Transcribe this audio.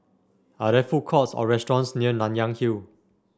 are there food courts or restaurants near Nanyang Hill